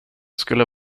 skulle